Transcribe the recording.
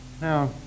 now